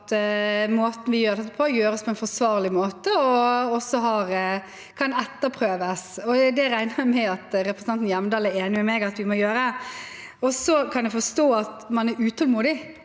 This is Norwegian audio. at måten vi gjør dette på, er forsvarlig og kan etterprøves. Det regner jeg med at representanten Hjemdal er enig med meg i at vi må gjøre. Jeg kan forstå at man er utålmodig